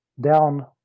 down